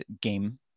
game